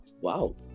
wow